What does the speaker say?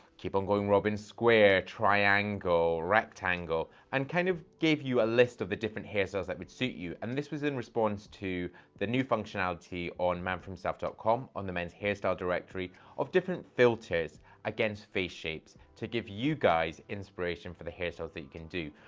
keep on going robin, square, triangle, rectangle, and kind of gave you a list of the different hairstyles that would suit you, and this was in response to the new functionality on manforhimself dot com on the men's hairstyle directory of different filters against face shapes to give you guys inspiration for the hairstyles that you can do.